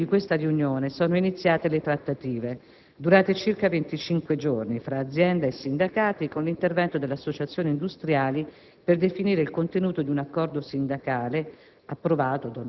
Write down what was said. A seguito di questa riunione, sono iniziate le trattative (durate circa 25 giorni) fra azienda e sindacati, con l'intervento dell'Associazione industriali, per definire il contenuto di un accordo sindacale,